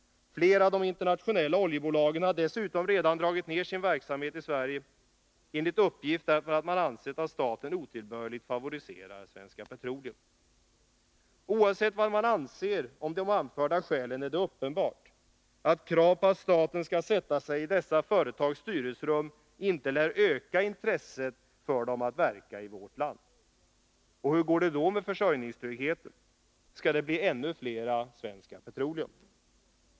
Flera av de internationella oljebolagen har dessutom redan dragit ner sin verksamhet i Sverige, enligt uppgift därför att man ansett att staten otillbörligt favoriserar Svenska Petroleum. Oavsett vad man anser om de anförda skälen är det uppenbart, att krav på att staten skall låta sig representeras i dessa företags styrelserum inte lär öka intresset för dem att verka i vårt land. Och hur går det då med försörjningstryggheten? Skall det bli ännu fler Svenska Petroleum?